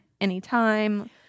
anytime